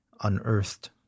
unearthed